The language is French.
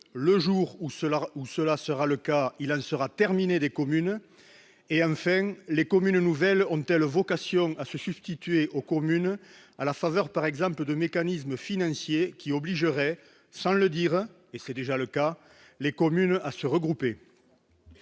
Le jour où ce sera le cas, il en sera terminé des communes ! Exactement ! Les « communes nouvelles » ont-elles vocation à se substituer aux communes à la faveur, par exemple, de mécanismes financiers qui obligeraient, sans le dire, et c'est déjà le cas, les communes à se regrouper ?